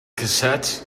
cassette